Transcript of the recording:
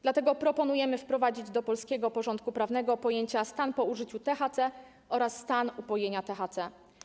Dlatego proponujemy wprowadzić do polskiego porządku prawnego pojęcia „stan po użyciu THC” oraz „stan upojenia THC”